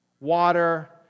Water